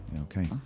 Okay